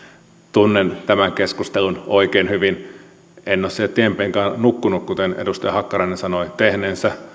tunnen tämän keskustelun oikein hyvin en ole siellä tien penkalla nukkunut kuten edustaja hakkarainen sanoi tehneensä